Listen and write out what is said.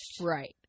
Right